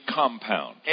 compound